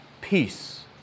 peace